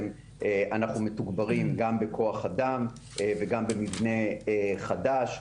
אנחנו מתוגברים גם בכוח אדם וגם במבנה חדש.